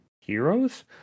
heroes